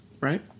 Right